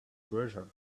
treasure